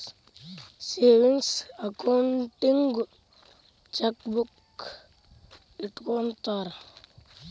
savings ಅಕೌಂಟಿಗೂ chequebook ಇಟ್ಟ್ಕೊತ್ತರ